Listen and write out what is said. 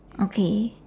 okay